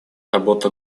работа